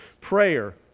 prayer